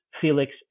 Felix